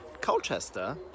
Colchester